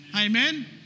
Amen